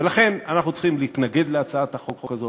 ולכן אנחנו צריכים להתנגד להצעת החוק הזאת.